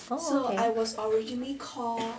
okay